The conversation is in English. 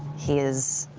he is.